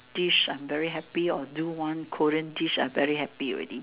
dish I'm very happy or do one Korean dish I very happy already